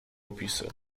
opisy